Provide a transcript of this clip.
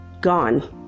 gone